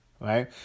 right